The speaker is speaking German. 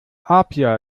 apia